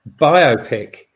biopic